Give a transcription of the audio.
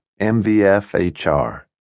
MVFHR